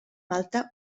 malta